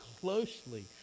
closely